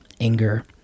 anger